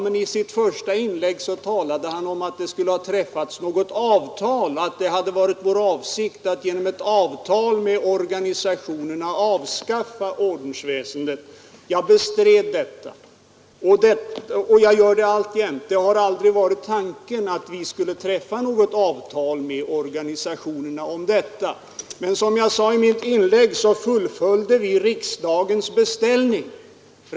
Men i sitt första inlägg talade han om att det skulle ha träffats något avtal och att det hade varit vår avsikt att genom ett avtal med organisationerna avskaffa ordensväsendet. Jag bestred detta. Jag gör det alltjämt. Tanken har aldrig varit att vi skulle träffa något avtal med organisationerna om detta. Men som jag sade i mitt förra inlägg fullföljde vi riksdagens beställning.